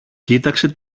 κοίταξε